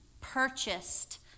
purchased